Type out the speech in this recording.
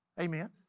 Amen